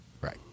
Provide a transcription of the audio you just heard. right